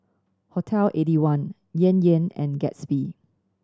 Hotel Eighty one Yan Yan and Gatsby